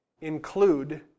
include